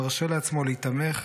מרשה לעצמו להיתמך,